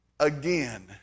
Again